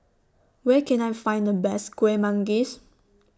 Where Can I Find The Best Kuih Manggis